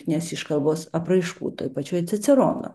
nes iškabos apraiškų toje pačioje cicerono